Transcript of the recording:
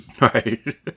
Right